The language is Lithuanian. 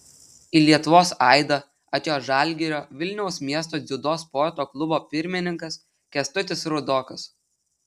į lietuvos aidą atėjo žalgirio vilniaus miesto dziudo sporto klubo pirmininkas kęstutis rudokas